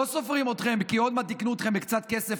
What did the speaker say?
לא סופרים אתכם, כי עוד מעט יקנו אתכם בקצת כסף.